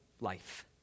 life